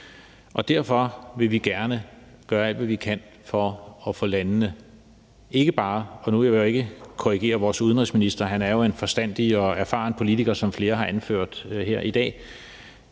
Derfor vil vi gerne gøre alt, hvad vi kan, for at få landene med. Nu vil jeg ikke korrigere vores udenrigsminister, han er jo en forstandig og erfaren politiker, som flere har anført her i dag,